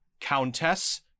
Countess